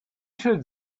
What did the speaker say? should